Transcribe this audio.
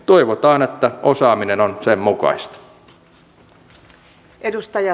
toivotaan että osaaminen on sen mukaista